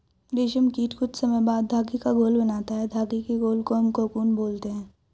रेशम कीट कुछ समय बाद धागे का घोल बनाता है धागे के घोल को हम कोकून बोलते हैं